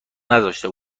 نذاشته